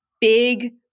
big